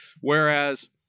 whereas